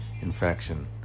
infection